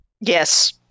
Yes